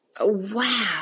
Wow